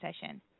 session